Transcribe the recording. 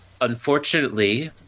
unfortunately